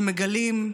שמגלים,